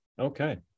Okay